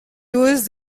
used